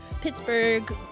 Pittsburgh